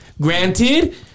granted